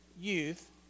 youth